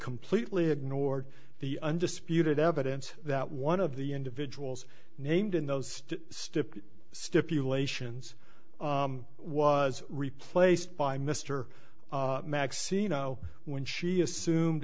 completely ignored the undisputed evidence that one of the individuals named in those step stipulations was replaced by mr maxine o when she assumed